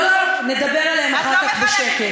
לא לא לא, נדבר עליהם אחר כך בשקט.